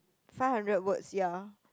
five hundred words ya